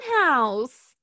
house